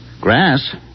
Grass